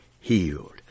healed